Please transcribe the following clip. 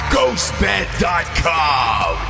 GhostBed.com